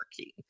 working